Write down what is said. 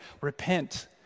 repent